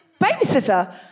Babysitter